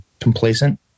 complacent